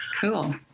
Cool